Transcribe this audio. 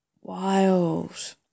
wild